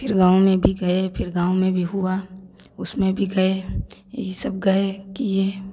फिर गाँव में भी गए फिर गाँव में भी हुआ उसमें भी गए यही सब गए किए